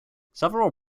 several